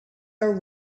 are